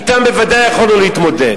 אתם בוודאי יכולנו להתמודד.